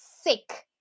sick